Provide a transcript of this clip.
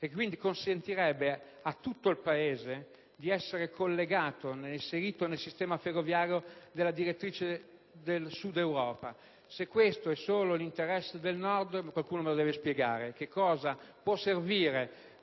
Ciò consentirebbe a tutto il Paese di essere inserito nel sistema ferroviario della direttrice del Sud Europa. Se questo è solo l'interesse del Nord, qualcuno me lo deve spiegare. A che cosa possono servire